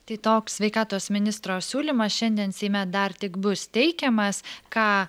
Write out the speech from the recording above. tai toks sveikatos ministro siūlymas šiandien seime dar tik bus teikiamas ką